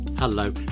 Hello